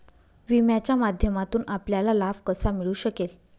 विम्याच्या माध्यमातून आपल्याला लाभ कसा मिळू शकेल?